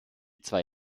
zwei